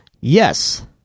Yes